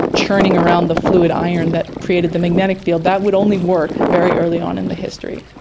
churning around the fluid iron that created the magnetic field, that would only work very early on in the history.